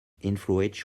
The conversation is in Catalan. influeix